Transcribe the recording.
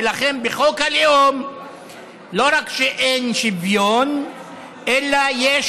ולכן, בחוק הלאום לא רק שאין שוויון אלא יש